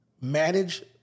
manage